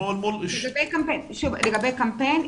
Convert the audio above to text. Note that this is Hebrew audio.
אנחנו --- לגבי קמפיין,